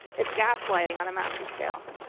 it's gaslighting on a massive scale.